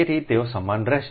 તેથી તેઓ સમાન રહેશે